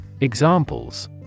Examples